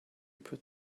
put